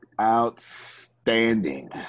Outstanding